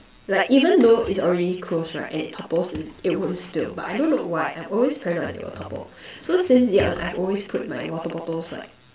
like even though it's already close right and it topples it wouldn't spill but I don't know why I'm always paranoid that it would topple so since young I've always put my water bottles like